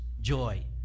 joy